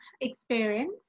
experience